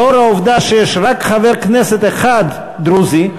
לאור העובדה שיש רק חבר כנסת אחד דרוזי,